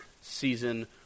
season